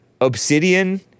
obsidian